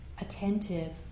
attentive